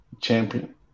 champion